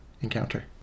encounter